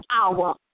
hour